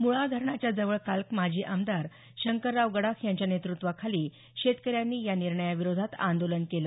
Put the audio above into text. मुळा धरणाच्या जवळ काल माजी आमदार शंकरराव गडाख यांच्या नेतृत्वाखाली शेतकऱ्यांनी या निर्णयाविरोधात आंदोलन केलं